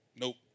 nope